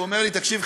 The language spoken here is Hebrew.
הוא אומר לי: תקשיב,